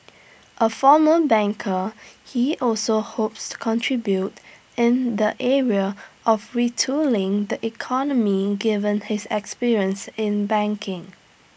A former banker he also hopes contribute in the area of retooling the economy given his experience in banking